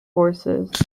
forces